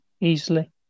Easily